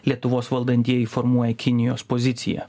lietuvos valdantieji formuoja kinijos poziciją